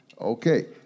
Okay